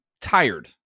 tired